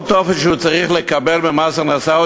כל טופס שהוא צריך לקבל ממס הכנסה,